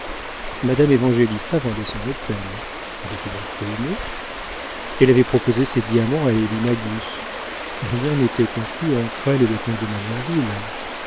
madame évangélista vendait son hôtel elle était donc ruinée elle avait proposé ses diamants à élie magus rien n'était conclu entre elle et le comte de